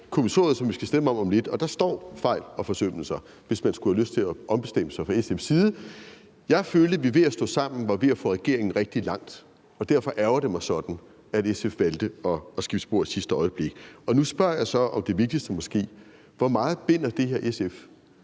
kommissoriet, som vi skal stemme om om lidt, og der står »fejl og forsømmelser« – hvis man skulle have lyst til at ombestemme sig fra SF's side. Jeg følte, at vi ved at stå sammen var ved at få regeringen rigtig langt, og derfor ærgrer det mig sådan, at SF valgte at skifte spor i sidste øjeblik. Og nu spørger jeg så om det måske vigtigste: Hvor meget binder det her SF?